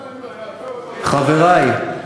חברי,